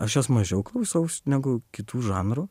aš jos mažiau klausaus negu kitų žanrų